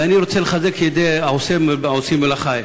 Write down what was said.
ואני רוצה לחזק את ידי העושים במלאכה,